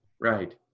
Right